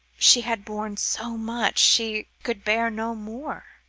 she had borne so much she could bear no more.